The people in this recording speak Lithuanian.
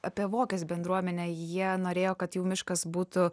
apie vokės bendruomenę jie norėjo kad jų miškas būtų